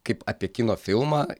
kaip apie kino filmą